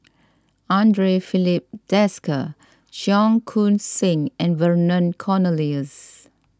andre Filipe Desker Cheong Koon Seng and Vernon Cornelius